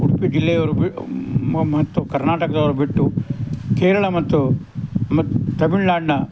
ಉಡುಪಿ ಜಿಲ್ಲೆಯವರು ಮತ್ತು ಕರ್ನಾಟಕದವ್ರು ಬಿಟ್ಟು ಕೇರಳ ಮತ್ತು ಮತ್ತು ತಮಿಳ್ ನಾಡಿನ